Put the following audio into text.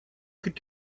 could